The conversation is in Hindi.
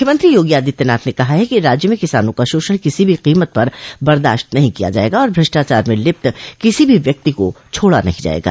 मुख्यमंत्री योगी आदित्यनाथ ने कहा है कि राज्य में किसानों का शोषण किसी भी कीमत पर बर्दाश्त नहीं किया जायेगा और भ्रष्टाचार में लिप्त किसी भी व्यक्ति को छोड़ा नहीं जायेगा